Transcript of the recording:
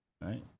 Right